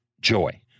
joy